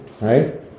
right